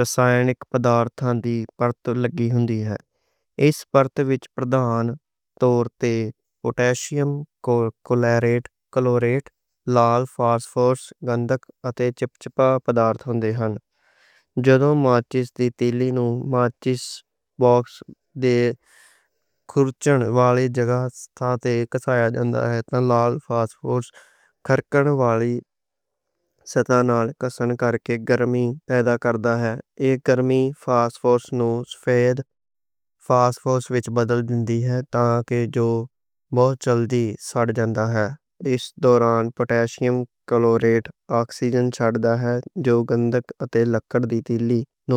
رسائنک مواداں دی پرت لگی ہوندی ہے۔ اس پرت وچ پردان تور تے پوٹاشیم کلوریٹ، لال فاسفورس، گندھک اتے چپچپا مواد ہوندے نیں۔ جدوں ماچس دی تیلی نوں ماچس باکس دے کھرچن والی ستھان نال کسن کرکے گرمی پیدا کردا ہے۔ اس گرمی نال فاسفورس سفید فاسفورس وچ بدل جاندا ہے تَاں جو بہت جلدی سڑ جاندا ہے۔ اس دوران پوٹاشیم کلوریٹ آکسیجن چھاڑدا ہے جو گندھک اتے لکڑی دی تیلی نوں۔